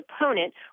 opponent